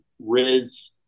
Riz